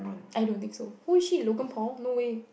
I don't think so who is she Logan Paul no way